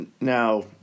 Now